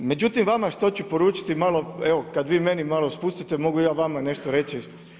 Međutim, vama što ću poručiti malo evo kad vi meni malo spustite, mogu i ja vama nešto reći.